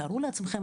תארו לעצמכם,